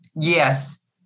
yes